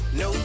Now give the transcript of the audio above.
no